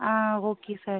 ah okay sir